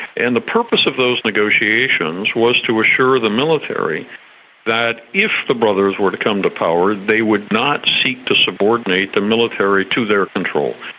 and the purpose of those negotiations was to assure the military that if the brothers were to come to power they would not seek to subordinate the military to their control,